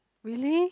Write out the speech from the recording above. really